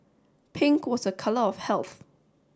pink was a colour of health